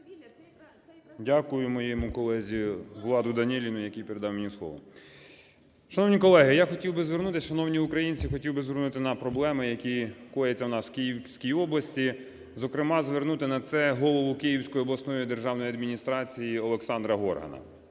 Дякую моєму колезі Владу Даніліну, який передав мені слово. Шановні колеги, я хотів би звернутись, шановні українці, хотів би звернути на проблеми, які кояться у нас в Київській області. Зокрема звернути на це голову Київської обласної державної адміністрації Олександра Горгана.